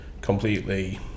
completely